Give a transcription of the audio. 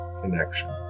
connection